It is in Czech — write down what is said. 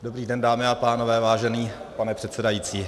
Dobrý den, dámy a pánové, vážený pane předsedající.